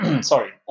sorry